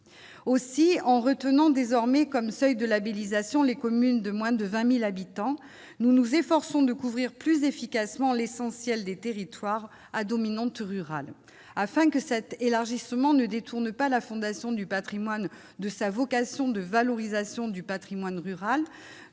aussi en retenant désormais comme ça et de labélisation les communes de moins de 20000 habitants, nous nous efforçons de couvrir plus efficacement l'essentiel des territoires à dominante rurale afin que cet élargissement ne détourne pas la Fondation du Patrimoine de sa vocation de valorisation du Patrimoine rural,